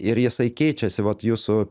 ir jisai keičiasi vat jūsų